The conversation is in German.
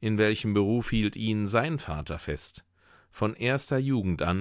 in welchem beruf hielt ihn sein vater fest von erster jugend